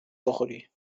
بخوری